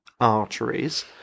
arteries